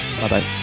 Bye-bye